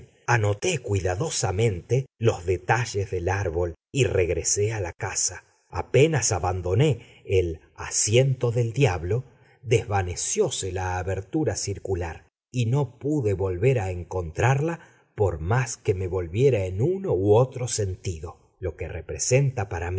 anoté cuidadosamente los detalles del árbol y regresé a la casa apenas abandoné el asiento del diablo desvanecióse la abertura circular y no pude volver a encontrarla por más que me volviera en uno u otro sentido lo que representa para